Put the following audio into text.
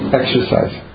exercise